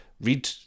read